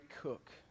cook